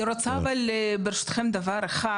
ברשותכם, אני רוצה לומר דבר אחד.